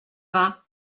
vingt